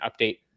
update